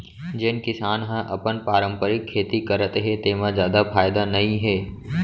जेन किसान ह अपन पारंपरिक खेती करत हे तेमा जादा फायदा नइ हे